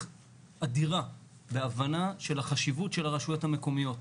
אדירה בהבנה של החשיבות של הרשויות המקומיות.